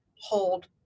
hold